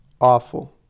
awful